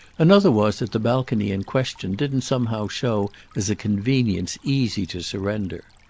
another was that the balcony in question didn't somehow show as a convenience easy to surrender.